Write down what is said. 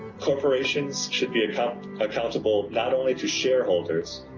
corporations should be accountable accountable not only to shareholders,